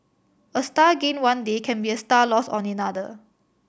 a star gained one day can be a star lost on another